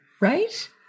right